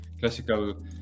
classical